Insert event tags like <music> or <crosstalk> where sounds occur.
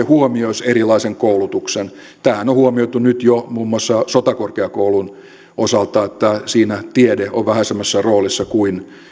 <unintelligible> huomioisivat erilaisen koulutuksen tämähän on huomioitu nyt jo muun muassa sotakorkeakoulun osalta että siinä tiede on vähän semmoisessa roolissa kuin